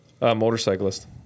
Motorcyclist